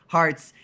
hearts